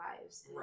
lives